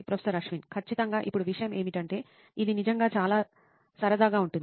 professor Ashwin ఖచ్చితంగా ఇప్పుడు విషయం ఏమిటంటే ఇది నిజంగా చాలా సరదాగా ఉంది